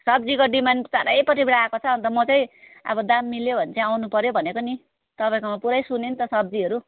सब्जीको डिमान्ड चारैपट्टिबाट आएको छ अन्त म चाहिँ अब दाम मिल्यो भने चाहिँ आउनु पऱ्यो भनेको नि तपाईँकोमा पुरै सुनेँ नि त सब्जीहरू